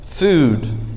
Food